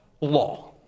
law